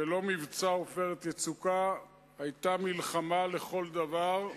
ולא מבצע "עופרת יצוקה" היתה מלחמה לכל דבר,